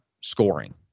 scoring